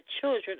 children